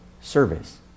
service